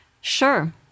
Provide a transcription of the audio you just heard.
Sure